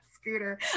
scooter